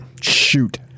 Shoot